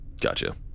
Gotcha